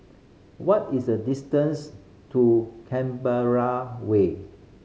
what is the distance to Canberra Way